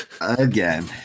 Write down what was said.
Again